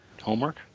homework